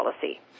policy